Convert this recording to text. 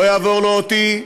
לא יעבור אותי,